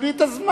תקבלי את הזמן.